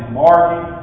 marking